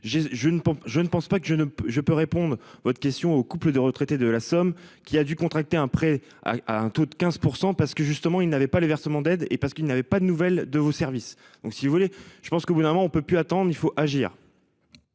que je ne peux, je peux répondre à votre question au couple de retraités de la somme qui a dû contracter un prêt à un taux de 15%. Parce que justement il n'avait pas le versement d'aides et parce qu'il n'avait pas de nouvelles de vos services. Donc si vous voulez, je pense qu'au bout d'un moment on ne peut plus attendre, il faut agir.